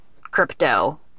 crypto